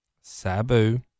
Sabu